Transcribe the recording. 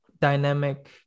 dynamic